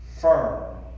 firm